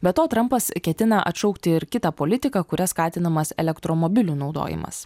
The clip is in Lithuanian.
be to trampas ketina atšaukti ir kitą politiką kuria skatinamas elektromobilių naudojimas